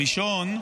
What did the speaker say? הראשון,